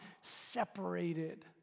separated